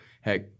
heck